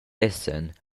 essan